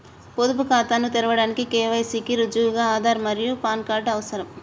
పొదుపు ఖాతాను తెరవడానికి కే.వై.సి కి రుజువుగా ఆధార్ మరియు పాన్ కార్డ్ అవసరం